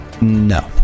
No